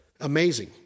Amazing